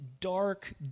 dark